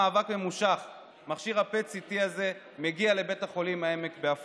אלה היו פעם מושחתים, ההם שם, לא נסעו.